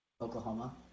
Oklahoma